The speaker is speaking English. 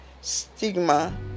stigma